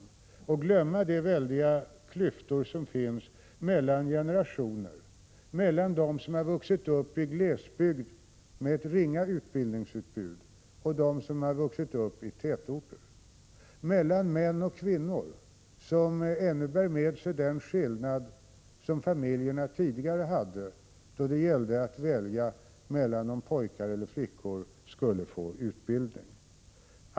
Hur kan man glömma de väldiga klyftor som finns mellan generationer, mellan dem som vuxit upp i glesbygd med ett ringa utbildningsutbud och dem som vuxit upp i tätorter, mellan män och kvinnor som ännu bär med sig den skillnad som familjerna tidigare gjorde då det gällde att välja om flickor eller pojkar skulle få utbildning?